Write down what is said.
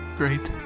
great